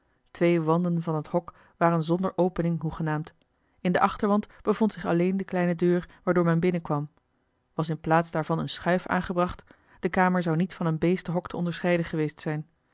twee wanden van het hok waren zonder opening hoegenaamd in den achterwand bevond zich alleen de kleine deur waardoor men binnenkwam was in plaats daarvan eene schuif aangebracht de kamer zou niet van een beestenhok te onderscheiden geweest zijn